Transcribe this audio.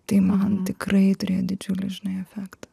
tai man tikrai turėjo didžiulį žinai efektą